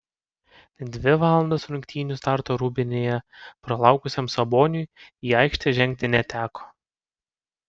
dvi valandas rungtynių starto rūbinėje pralaukusiam saboniui į aikštę žengti neteko